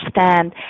understand